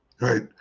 right